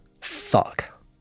Fuck